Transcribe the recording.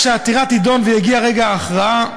כשהעתירה תידון ויגיע רגע ההכרעה,